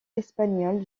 espagnole